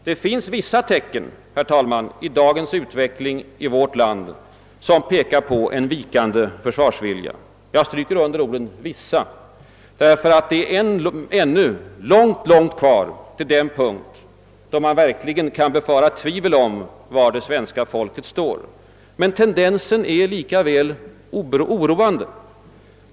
Det finns vissa tecken, herr talman, i fråga om dagens utveckling i vårt land som pekar på en vikande försvarsvilja. Jag stryker under ordet »vissa», ty det är ännu mycket långt kvar till den situation då man verkligen kan hysa tvivel om var det svenska folket står. Men tendensen är likväl oroande.